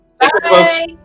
Bye